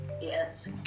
yes